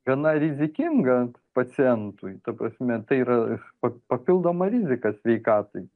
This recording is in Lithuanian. gana rizikinga pacientui ta prasme tai yra pa papildoma rizika sveikatai